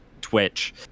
Twitch